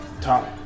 top